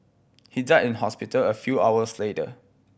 he died in hospital a few hours later